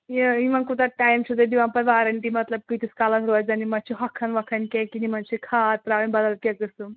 یہِ یِمَن کوٗتاہ ٹایم چھِو تُہۍ دِوان پَتہٕ وارینٹی مطلب کٍتِس کالس روزان یِم ما چھِ ہۅکھان وۅکھان کیٚنٛہہ کہِ یِمن چھِ کھاد ترٛاوٕنۍ بَدل کیٚنٛہہ قٕسم